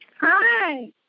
Hi